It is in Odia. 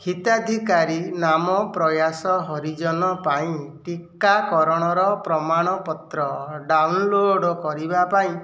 ହିତାଧିକାରୀ ନାମ ପ୍ରୟାସ ହରିଜନ ପାଇଁ ଟିକାକରଣର ପ୍ରମାଣପତ୍ର ଡାଉନଲୋଡ଼୍ କରିବା ପାଇଁ